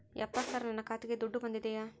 ಯಪ್ಪ ಸರ್ ನನ್ನ ಖಾತೆಗೆ ದುಡ್ಡು ಬಂದಿದೆಯ?